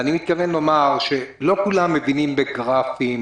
אני מתכוון לומר שלא כולם מבינים בגרפים,